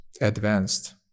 advanced